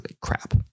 crap